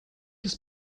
his